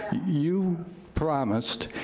you promised,